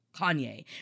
Kanye